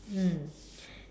mm